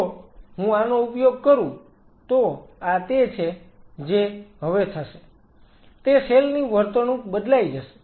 જો હું આનો ઉપયોગ કરું તો આ તે છે જે હવે થશે તે સેલ ની વર્તણુક બદલાઈ જશે